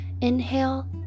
inhale